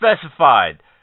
specified